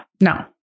No